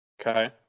Okay